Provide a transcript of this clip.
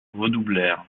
redoublèrent